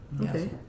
Okay